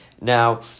now